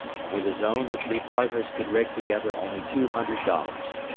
and with his own the three partners could rake together only two hundred dollars.